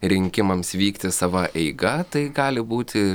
rinkimams vykti sava eiga tai gali būti